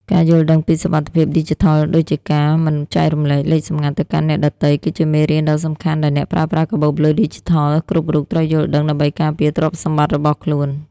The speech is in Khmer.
ការយល់ដឹងពីសុវត្ថិភាពឌីជីថល ដូចជាការមិនចែករំលែកលេខសម្ងាត់ទៅកាន់អ្នកដទៃ គឺជាមេរៀនដ៏សំខាន់ដែលអ្នកប្រើប្រាស់កាបូបលុយឌីជីថលគ្រប់រូបត្រូវយល់ដឹងដើម្បីការពារទ្រព្យសម្បត្តិរបស់ខ្លួន។